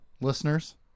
listeners